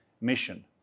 mission